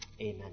Amen